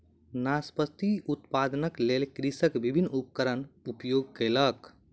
नाशपाती उत्पादनक लेल कृषक विभिन्न उपकरणक उपयोग कयलक